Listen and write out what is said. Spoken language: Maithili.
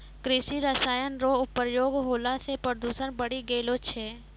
कृषि रसायन रो प्रयोग होला से प्रदूषण बढ़ी गेलो छै